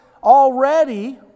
already